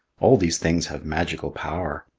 all these things have magical power.